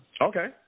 Okay